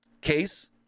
case